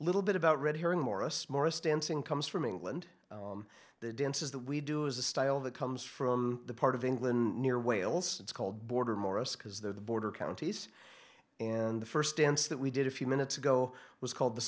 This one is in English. little bit about red herring morris morris dancing comes from england the dances that we do is a style that comes from the part of england near wales it's called border morris because they're the border counties and the st dance that we did a few minutes ago was called the